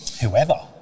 whoever